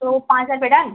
तो पाँच हज़ार पर डन